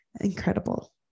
incredible